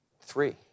Three